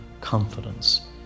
confidence